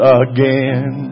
again